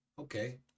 okay